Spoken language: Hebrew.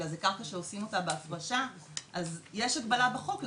אלא זו קרקע שעושים אותה בהפרשה אז יש הגבלה בחוק על